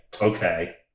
okay